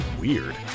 weird